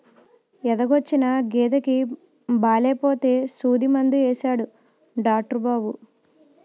ఎదకొచ్చిన గేదెకి బాలేపోతే సూదిమందు యేసాడు డాట్రు బాబు